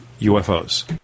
UFOs